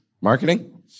Marketing